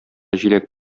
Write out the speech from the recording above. җиләк